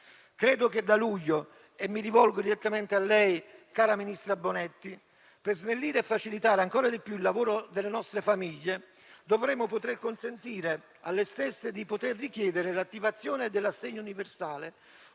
Credo che da luglio - e mi rivolgo direttamente a lei, cara ministra Bonetti - per snellire e facilitare ancora di più il lavoro delle nostre famiglie, dovremo poter consentire alle stesse di richiedere l'attivazione dell'assegno universale,